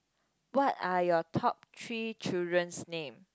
what are your top three children's name